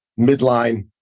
midline